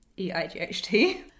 E-I-G-H-T